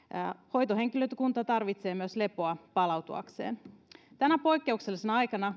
hoitohenkilökunta tarvitsee myös lepoa palautuakseen tänä poikkeuksellisena aikana